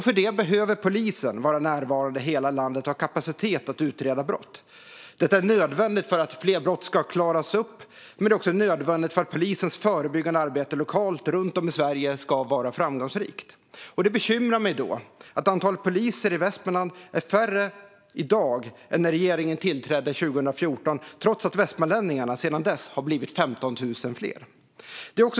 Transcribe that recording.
För det behöver polisen vara närvarande i hela landet och ha kapacitet att utreda brott. Detta är nödvändigt för att fler brott ska klaras upp, men det är också nödvändigt för att polisens förebyggande arbete lokalt runt om i Sverige ska vara framgångsrikt. Det bekymrar mig då att antalet poliser i Västmanland är färre i dag än när regeringen tillträdde 2014 trots att västmanlänningarna sedan dess har blivit 15 000 fler.